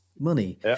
money